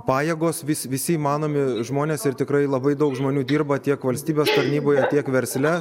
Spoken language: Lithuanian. pajėgos vis visi įmanomi žmonės ir tikrai labai daug žmonių dirba tiek valstybės tarnyboje tiek versle